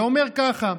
שאומר ככה: